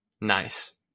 nice